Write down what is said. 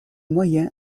moyens